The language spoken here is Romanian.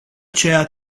ceea